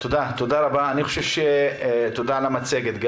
תודה רבה, וגם תודה על המצגת.